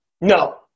no